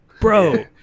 bro